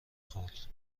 خورد